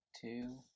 two